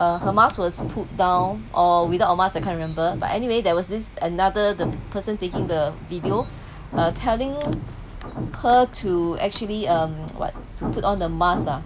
uh her mouth was put down or without a mask I can't remember but anyway there was this another the person taking the video uh telling her to actually um like put on the mask ah